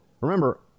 Remember